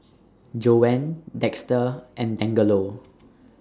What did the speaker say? Joanne Dexter and Dangelo